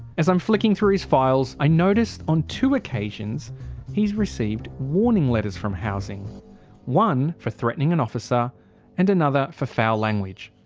as i'm flicking through his files i notice, on two occasions he's received warning letters from housing one for threatening an officer and another for foul language.